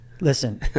Listen